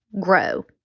grow